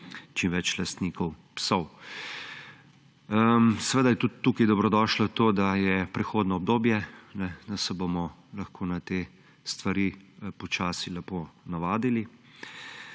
čim več lastnikov psov. Seveda je dobrodošlo tudi prehodno obdobje, da se bomo lahko na te stvari počasi lepo navadili.